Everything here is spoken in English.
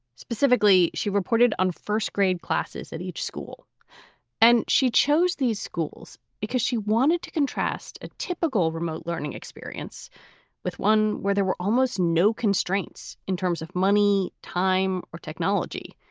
specifically, she reported on first grade classes at each school and she chose these schools because she wanted to contrast a typical remote learning experience with one where there were almost no constraints in terms of money, time or technology,